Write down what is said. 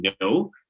no